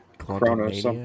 Chronos